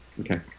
Okay